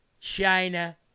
China